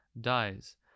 dies